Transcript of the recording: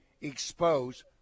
expose